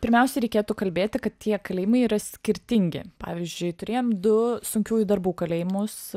pirmiausiai reikėtų kalbėti kad tie kalėjimai yra skirtingi pavyzdžiui turėjom du sunkiųjų darbų kalėjimus